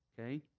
okay